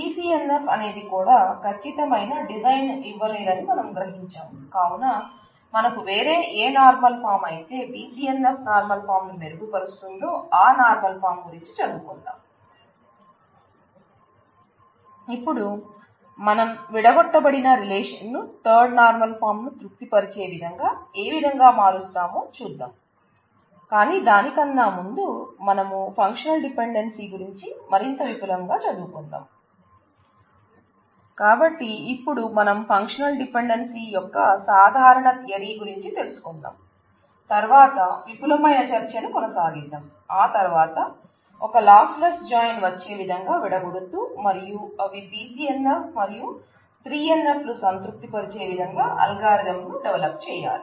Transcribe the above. BCNF అనేది కూడా ఖచ్చితమైన డిజైన్ ను ఇవ్వలేదని మనం గ్రహించాం కావున మనకు వేరే ఏ నార్మల్ ఫాం అయితే BCNF నార్మల్ ఫాం ను మెరుగుపరుస్తుందో ఆ నార్మల్ ఫాం గురించి చదువుకుందాం ఇపుడు మనం విడగొట్టబడిన రిలేషన్ను థర్డ్ నార్మల్ ఫాంగురించి మరింత విపులంగా చదువుకుందాం కాబట్టి ఇపుడు మనం ఫంక్షనల్ డిపెండెన్సీ వచ్చే విధంగా విడగొడుతూ మరియు అవి BCNF మరియు 3 NF లు సంతృప్తి పరిచే విధంగా అల్గారిథం ను డెవలప్ చేయాలి